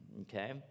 okay